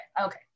okay